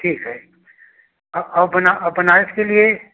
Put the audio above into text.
ठीक है औ औ बना और बनारस के लिए